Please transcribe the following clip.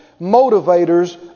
motivators